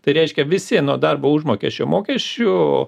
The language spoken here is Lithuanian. tai reiškia visi nuo darbo užmokesčio mokesčių